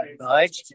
right